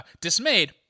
dismayed